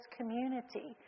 community